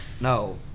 No